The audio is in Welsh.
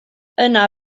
yna